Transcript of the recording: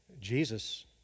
Jesus